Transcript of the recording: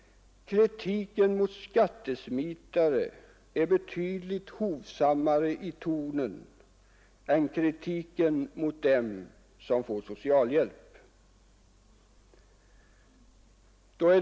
Kritiken mot skattesmitare är betydligt hovsammare i tonen än kritiken mot den som får socialhjälp.